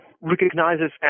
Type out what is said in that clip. recognizes